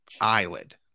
eyelid